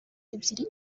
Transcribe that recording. ebyiri